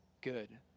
good